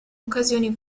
occasioni